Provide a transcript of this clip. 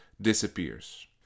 disappears